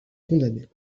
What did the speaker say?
condamner